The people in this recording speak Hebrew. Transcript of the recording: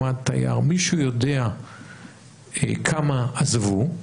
מישהו יודע כמה עזבו?